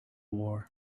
war